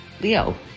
Leo